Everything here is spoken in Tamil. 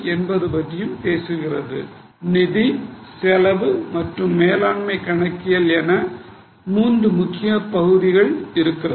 என்பது பற்றியும் பேசுகிறது நிதி செலவு மற்றும் மேலாண்மை கணக்கியல் என 3 முக்கியமான பகுதிகள் உள்ளன